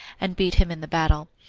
and beat him in the battle.